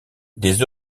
des